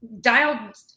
dialed